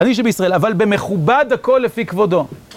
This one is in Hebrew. אני שבישראל, אבל במכובד הכל לפי כבודו.